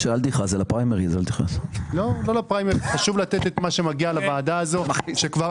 חשוב לתת את מה שמגיע לוועדה הזו שכבר